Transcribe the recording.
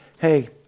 hey